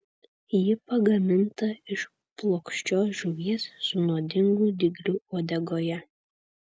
ji pagaminta iš plokščios žuvies su nuodingu dygliu uodegoje